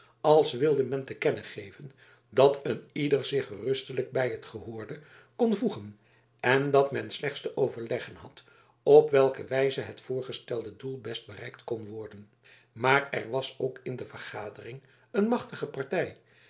als wilde men te kennen geven dat een ieder zich gerustelijk bij het gehoorde kon voegen en dat men slechts te overleggen had op welke wijze het voorgestelde doel best bereikt kon worden maar er was ook in de vergadering een machtige partij